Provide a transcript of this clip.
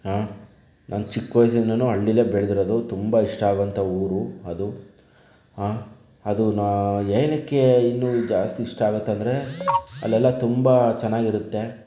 ಹಾ ನಾನು ಚಿಕ್ಕ ವಯಸ್ಸಿಂದಾನು ಹಳ್ಳಿಯಲ್ಲೇ ಬೆಳೆದಿರೋದು ತುಂಬ ಇಷ್ಟ ಆಗೋವಂಥ ಊರು ಅದು ಹಾ ಅದು ನಾನು ಏನಕ್ಕೆ ಇನ್ನೂ ಜಾಸ್ತಿ ಇಷ್ಟ ಆಗುತ್ತಂದರೆ ಅಲ್ಲೆಲ್ಲ ತುಂಬ ಚೆನ್ನಾಗಿರುತ್ತೆ